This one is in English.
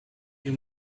you